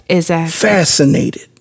Fascinated